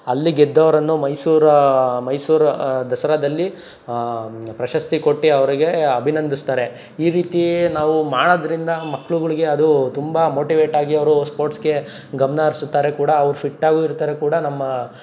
ಅಲ್ಲಿ ಗೆದ್ದವರನ್ನು ಮೈಸೂರು ಮೈಸೂರು ದಸರಾದಲ್ಲಿ ಪ್ರಶಸ್ತಿ ಕೊಟ್ಟು ಅವ್ರಿಗೆ ಅಭಿನಂದಿಸ್ತಾರೆ ಈ ರೀತಿ ನಾವು ಮಾಡೋದ್ರಿಂದ ಮಕ್ಕಳುಗಳ್ಗೆ ಅದೂ ತುಂಬ ಮೋಟಿವೇಟ್ ಆಗಿ ಅವರು ಸ್ಪೋರ್ಟ್ಸ್ಗೆ ಗಮನ ಅರಸುತ್ತಾರೆ ಕೂಡ ಅವ್ರು ಫಿಟ್ಟಾಗೂ ಇರ್ತಾರೆ ಕೂಡ ನಮ್ಮ